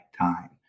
time